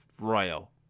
Royal